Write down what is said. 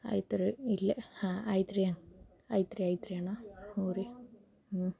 ಆಯ್ತು ರಿ ಇಲ್ಲೆ ಹಾಂ ಆಯ್ತು ರಿ ಆಯ್ತು ರಿ ಆಯ್ತು ರಿ ಅಣ್ಣಾ ಹ್ಞೂಂ ರಿ ಹ್ಞೂಂ